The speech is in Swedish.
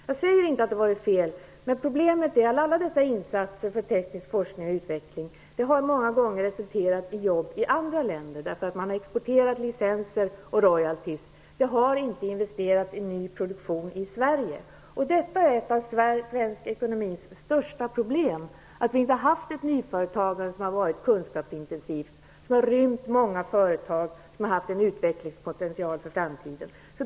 Jag säger inte att det var fel, men alla dessa insatser för teknisk forskning och utveckling har många gånger resulterat i jobb i andra länder, eftersom man har exporterat licenser och royaltyer. Det har inte investerats i ny produktion i Sverige. Detta är ett av svensk ekonomis största problem -- att vi inte har haft ett kunskapsintensivt nyföretagande med många företag med utvecklingspotential.